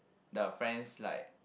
the friends like